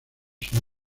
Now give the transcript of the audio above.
son